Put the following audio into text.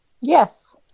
Yes